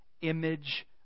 image